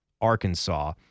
Arkansas